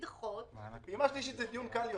לדחות --- הפעימה השלישית היא דיון קל יותר.